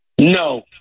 No